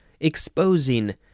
exposing